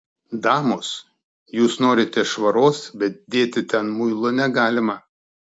damos jūs norite švaros bet dėti ten muilo negalima